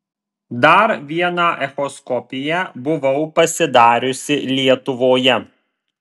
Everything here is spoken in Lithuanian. dar vieną echoskopiją buvau pasidariusi lietuvoje